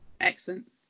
Excellent